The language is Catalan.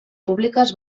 públiques